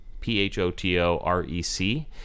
p-h-o-t-o-r-e-c